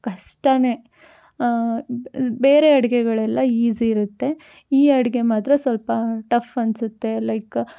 ಕಷ್ಟನೇ ಬೇರೆ ಅಡುಗೆಗಳೆಲ್ಲ ಈಸಿ ಇರುತ್ತೆ ಈ ಅಡುಗೆ ಮಾತ್ರ ಸ್ವಲ್ಪ ಟಫ್ ಅನಿಸುತ್ತೆ ಲೈಕ್